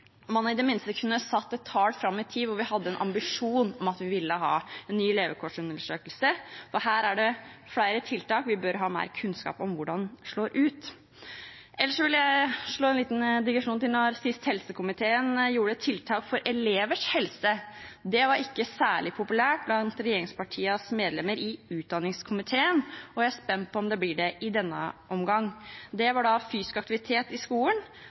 i det minste kunne satt et årstall fram i tid og hatt en ambisjon om å ha en ny levekårsundersøkelse. Her er det flere tiltak vi bør ha mer kunnskap om hvordan slår ut. Ellers vil jeg komme med en liten digresjon om sist helsekomiteen gjorde tiltak for elevers helse. Det var ikke særlig populært blant regjeringspartienes medlemmer i utdanningskomiteen. Jeg er spent på om det blir det i denne omgang. Det gjaldt da fysisk aktivitet i skolen,